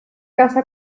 casa